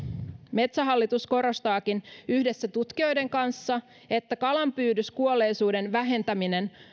metsähallitus korostaakin yhdessä tutkijoiden kanssa että kalanpyydyskuolleisuuden vähentäminen